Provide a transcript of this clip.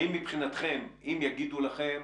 מבחינתכם, אם יגידו לכם